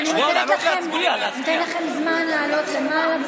אני נותנת לכם זמן לעלות למעלה.